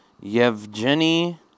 Yevgeny